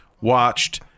watched